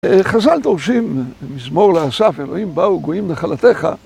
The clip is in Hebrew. חז״ל דורשים, מזמור לאסף, אלוהים באו גויים נחלתך